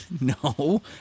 No